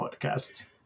Podcast